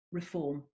reform